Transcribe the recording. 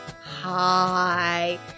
Hi